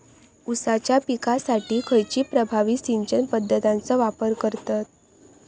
ऊसाच्या पिकासाठी खैयची प्रभावी सिंचन पद्धताचो वापर करतत?